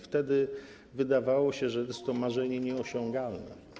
Wtedy wydawało się, że jest to marzenie nieosiągalne.